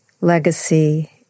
legacy